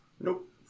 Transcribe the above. Nope